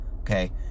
okay